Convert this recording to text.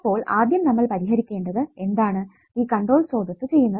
അപ്പോൾ ആദ്യം നമ്മൾ പരിഹരിക്കേണ്ടത് എന്താണ് ഈ കൺട്രോൾ സ്രോതസ്സ് ചെയ്യുന്നത്